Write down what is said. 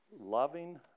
loving